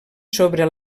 sobre